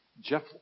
Jeff